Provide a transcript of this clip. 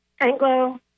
Anglo